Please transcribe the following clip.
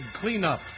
Cleanup